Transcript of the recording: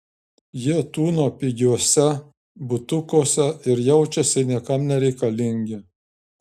jie tūno pigiuose butukuose ir jaučiasi niekam nereikalingi